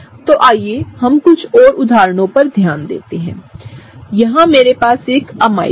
तो आइए हम कुछ और उदाहरणों पर ध्यान दें यहाँ हमारे पास एक एमाइड है